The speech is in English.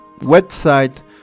website